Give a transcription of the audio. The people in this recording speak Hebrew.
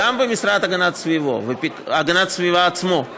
גם במשרד להגנת הסביבה עצמו,